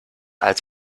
als